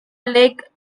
lake